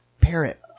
parrot